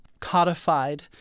codified